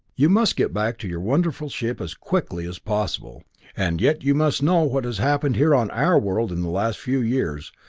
you must get back to your wonderful ship as quickly as possible and yet you must know what has happened here on our world in the last few years,